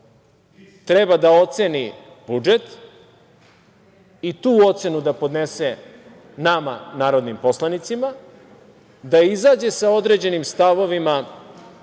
treba da oceni budžet i tu ocenu da podnese nama narodnim poslanicima, da izađe sa određenim stavovima,